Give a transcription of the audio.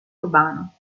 urbano